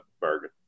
bargain